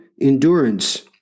endurance